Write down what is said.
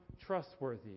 trustworthy